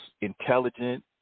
intelligent